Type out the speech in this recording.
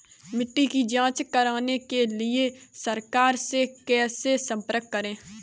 मिट्टी की जांच कराने के लिए सरकार से कैसे संपर्क करें?